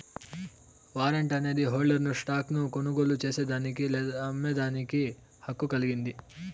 warrant అనేది హోల్డర్ను stock ను కొనుగోలు చేసేదానికి లేదా అమ్మేదానికి హక్కు కలిగింది